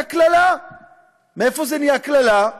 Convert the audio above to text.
מאיפה זה נהיה קללה?